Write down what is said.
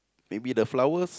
maybe the flowers